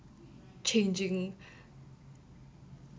changing